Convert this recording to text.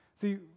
See